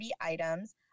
items